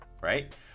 right